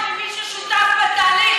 ביקורת אפשר לשמוע ממי ששותף לתהליך,